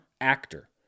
actor